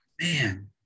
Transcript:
man